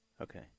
Okay